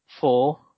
four